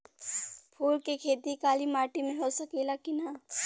फूल के खेती काली माटी में हो सकेला की ना?